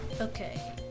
Okay